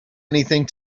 anything